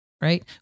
right